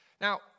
Now